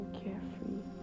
carefree